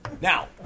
Now